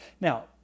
Now